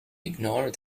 ignore